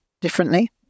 differently